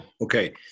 okay